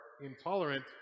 intolerant